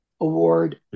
award